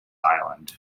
island